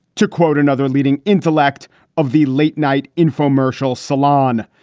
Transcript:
to quote another leading intellect of the late night infomercial salon.